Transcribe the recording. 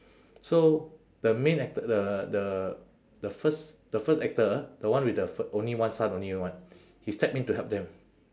so the main actor the the the first the first actor the one with the f~ only one son only [what] he step in to help them